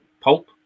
pulp